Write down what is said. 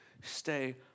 Stay